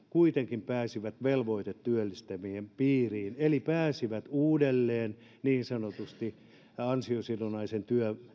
kuitenkin pääsivät velvoitetyöllistävien piiriin eli pääsivät uudelleen niin sanotusti ansiosidonnaisen